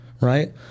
right